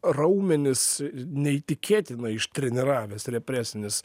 raumenis neįtikėtinai ištreniravęs represinis